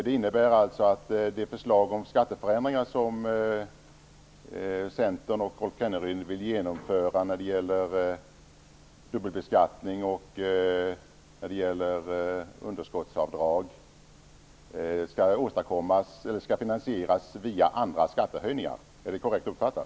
Det innebär alltså att det förslag om skatteförändringar som Centern och Rolf Kenneryd vill genomföra när det gäller dubbelbeskattning och underskottsavdrag skall finansieras via andra skattehöjningar. Är det korrekt uppfattat?